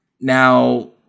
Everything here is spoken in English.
now